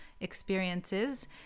experiences